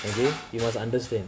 again it was understand